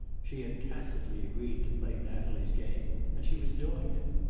she had tacitly agreed to play natalie's game, and she was doing it.